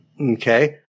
Okay